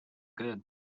good